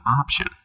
option